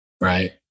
Right